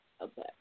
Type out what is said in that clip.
Okay